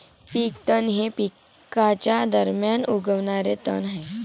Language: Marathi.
पीक तण हे पिकांच्या दरम्यान उगवणारे तण आहे